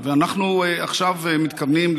אנחנו עכשיו מתכוונים,